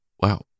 wow